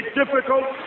difficult